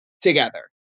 together